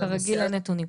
כרגיל את נתונים.